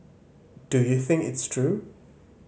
do you think it's true